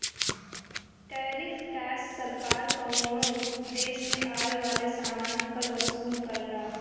tariff tax सरकार कउनो देश में आये वाले समान पर वसूल करला